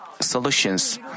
solutions